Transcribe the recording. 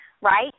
right